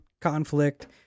conflict